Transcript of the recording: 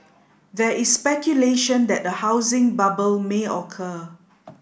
there is speculation that a housing bubble may occur